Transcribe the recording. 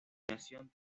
premiación